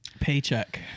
Paycheck